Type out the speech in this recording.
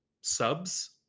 subs